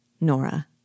Nora